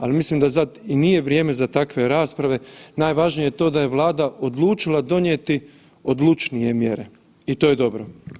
Ali, mislim da sad i nije vrijeme za takve rasprave, najvažnije je to da je Vlada odlučila donijeti odlučnije mjere i to je dobro.